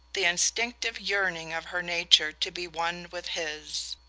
the instinctive yearning of her nature to be one with his.